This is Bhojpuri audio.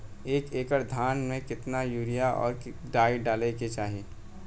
एक एकड़ धान में कितना यूरिया और डाई डाले के चाही?